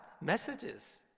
messages